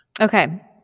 Okay